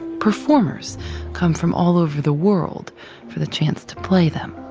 performers come from all over the world for the chance to play them.